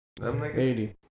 80